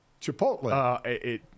Chipotle